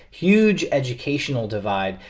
huge educational divide.